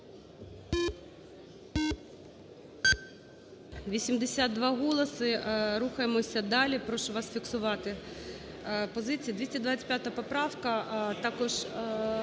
82 голоси. Рухаємося далі, прошу вас фіксувати позиції. 225 поправка.